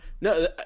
No